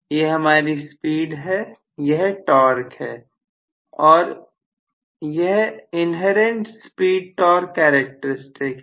यह हमारी स्पीड है यह टॉर्क है और यह inherent speed torque characteristic है